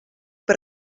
per